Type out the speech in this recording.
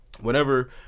Whenever